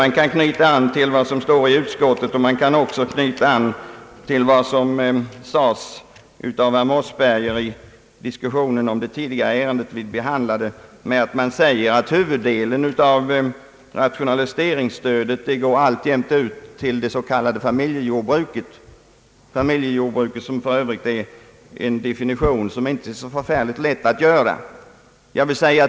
Jag kan knyta an till vad som står i utskottsutlåtandet och till vad som sades av herr Mossberger i diskussionen om det ärende vi behandlade tidigare. Man säger att huvuddelen av rationaliseringsstödet alltjämt går till det s.k. familjejordbruket — vilket för övrigt inte är så lätt att definiera.